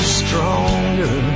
stronger